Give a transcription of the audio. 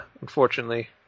unfortunately